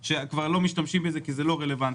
שכבר לא משתמשים בזה כי זה לא רלוונטי.